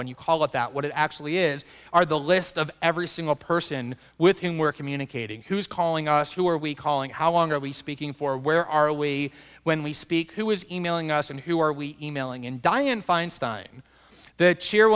when you call it that what it actually is are the list of every single person with whom we're communicating who's calling us who are we calling how long are we speaking for where are we when we speak who is e mailing us and who are we emailing and dianne feinstein the